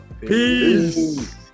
Peace